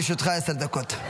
בבקשה, לרשותך עשר דקות.